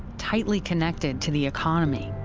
tightly connected to the economy.